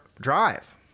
Drive